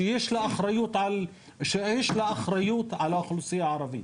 שיש לה אחריות על האוכלוסייה הערבית